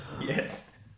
Yes